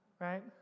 right